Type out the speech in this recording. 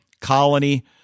colony